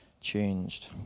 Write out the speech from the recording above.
changed